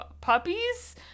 puppies